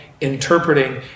interpreting